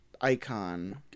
icon